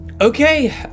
Okay